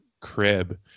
crib